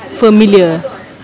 familiar